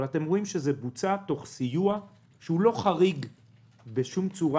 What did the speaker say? אבל אתם רואים שזה בוצע תוך סיוע לא חריג בשום צורה.